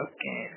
Okay